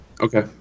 Okay